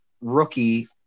rookie